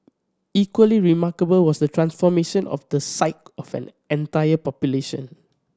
equally remarkable was the transformation of the psyche of an entire population